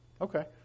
okay